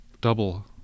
double